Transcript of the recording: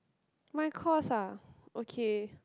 my course ah okay